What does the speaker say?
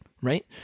right